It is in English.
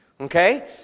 Okay